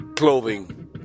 clothing